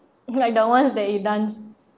like the ones that you dance